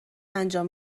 انجام